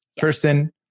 Kirsten